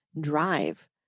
drive